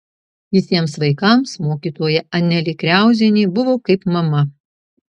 visiems vaikams mokytoja anelė kriauzienė buvo kaip mama